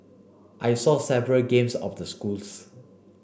I saw several games of the schools